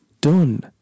done